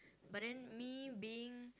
but then me being